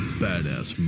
badass